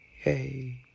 Hey